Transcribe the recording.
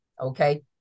Okay